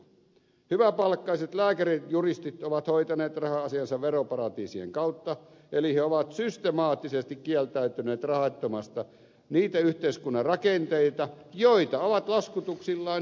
hyväpalkkaiset lääkärit ja juristit ovat hoitaneet raha asiansa veroparatiisien kautta eli he ovat systemaattisesti kieltäytyneet rahoittamasta niitä yhteiskunnan rakenteita joita ovat laskutuksillaan hyväksikäyttäneet